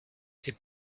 est